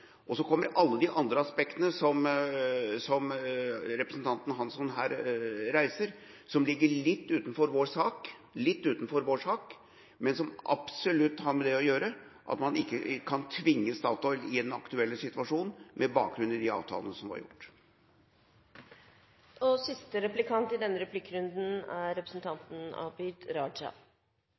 poeng. Så kommer alle de andre aspektene som representanten Hansson nevner, som ligger litt utenfor vår sak, men som absolutt har å gjøre med at man ikke kan tvinge Statoil i den aktuelle situasjonen med bakgrunn i de avtalene som var gjort. Normalt har jeg notert meg at representanten Kolberg knytter stor troverdighet til Riksrevisjonen og mener at de gjør et grundig og viktig arbeid. I denne